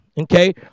Okay